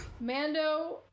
mando